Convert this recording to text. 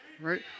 Right